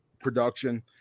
production